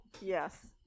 yes